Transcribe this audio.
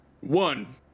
one